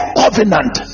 covenant